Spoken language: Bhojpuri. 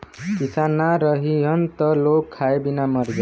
किसान ना रहीहन त लोग खाए बिना मर जाई